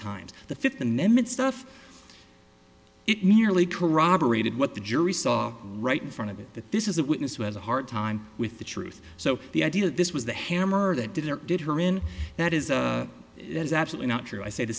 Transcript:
times the fifth amendment stuff it merely corroborated what the jury saw right in front of it that this is a witness who has a hard time with the truth so the idea that this was the hammer that did or did her in that is that is absolutely not true i say the